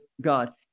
God